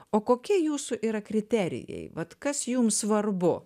o kokie jūsų yra kriterijai vat kas jums svarbu